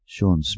Sean